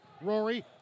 Rory